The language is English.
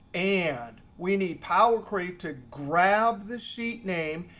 and we need power query to grab the sheet name,